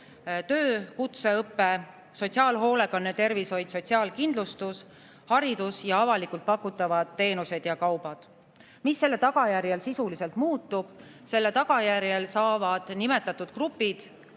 töö, kutseõpe, sotsiaalhoolekanne, tervishoid, sotsiaalkindlustus, haridus ning avalikult pakutavad teenused ja kaubad. Mis selle tagajärjel sisuliselt muutub? Selle tagajärjel saavad nimetatud grupid